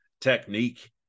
technique